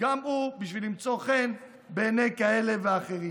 גם הוא, בשביל למצוא חן בעיני כאלה ואחרים.